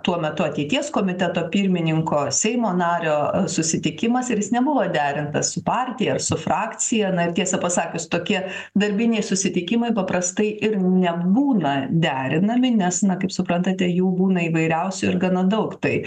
tuo metu ateities komiteto pirmininko seimo nario susitikimas ir jis nebuvo derintas su partija ar su frakcija na tiesą pasakius tokie darbiniai susitikimai paprastai ir nebūna derinami nes na suprantate jų būna įvairiausių ir gana daug tai